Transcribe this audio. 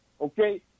okay